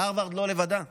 והרווארד לא לבדה.